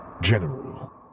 General